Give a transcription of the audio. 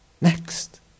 next